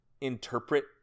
interpret